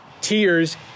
tears